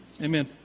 Amen